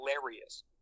hilarious